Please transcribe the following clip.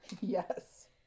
Yes